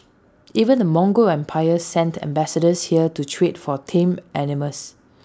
even the Mongol empire sent ambassadors here to trade for tame animals